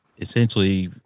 essentially